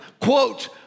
quote